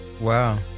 wow